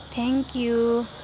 thank you